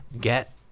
get